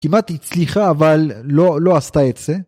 ‫כמעט הצליחה, אבל לא עשתה את זה.